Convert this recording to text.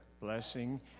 blessing